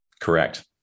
Correct